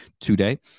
today